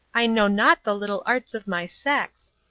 i know not the little arts of my sex.